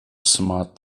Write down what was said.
smart